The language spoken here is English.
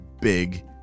big